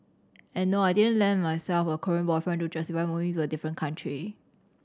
and nor I didn't land myself a Korean boyfriend to justify moving to a different country